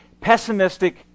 pessimistic